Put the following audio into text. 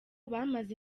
bamaze